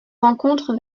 rencontre